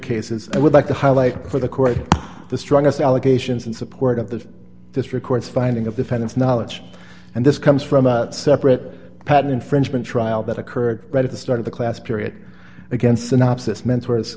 cases i would like to highlight for the court the strongest allegations in support of the this records finding of defendants knowledge and this comes from a separate patent infringement trial that occurred right at the start of the class period against synopsis ment